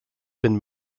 been